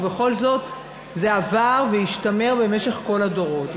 ובכל זאת זה עבר והשתמר במשך כל הדורות.